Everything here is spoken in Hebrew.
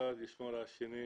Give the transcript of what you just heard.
אחד שומר על השני,